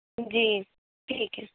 جی ٹھیک ہے